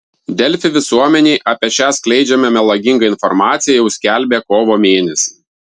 delfi visuomenei apie šią skleidžiamą melagingą informaciją jau skelbė kovo mėnesį